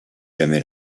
jamais